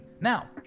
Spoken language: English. Now